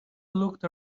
looked